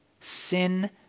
Sin